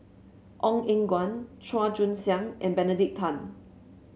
Ong Eng Guan Chua Joon Siang and Benedict Tan